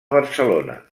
barcelona